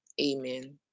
Amen